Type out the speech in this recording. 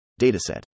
dataset